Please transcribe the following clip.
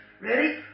Ready